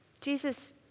Jesus